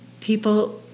people